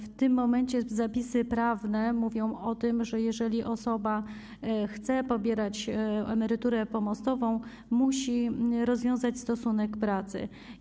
W tym momencie zapisy prawne mówią o tym, że jeżeli osoba chce pobierać emeryturę pomostową, musi rozwiązać stosunek pracy.